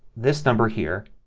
this number here,